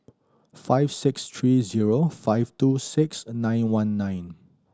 five six three zero five two six nine one nine